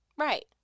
Right